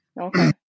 Okay